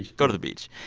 go to the beach.